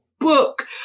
book